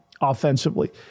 offensively